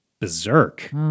berserk